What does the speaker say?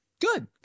Good